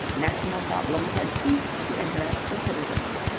national problems had ceased to interest the citizens.